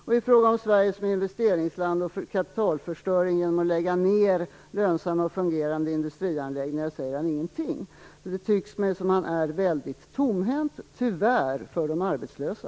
Och i fråga om Sverige som investeringsland och den kapitalförstöring som det innebär att lägga ned lönsamma och fungerande industrianläggningar säger han ingenting. Det tycks mig tyvärr som om finansministern är väldigt tomhänt, vilket är att beklaga för de arbetslösa.